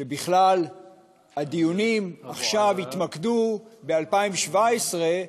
שבכלל הדיונים עכשיו יתמקדו ב-2017,